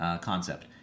concept